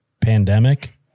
pandemic